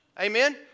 Amen